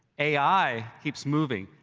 ai keeps moving,